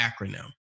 acronym